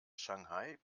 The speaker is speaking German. shanghai